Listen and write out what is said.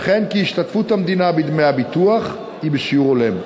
וכן כי השתתפות המדינה בדמי הביטוח היא בשיעור הולם.